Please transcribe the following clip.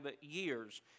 years